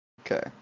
okay